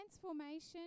Transformation